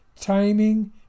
Timing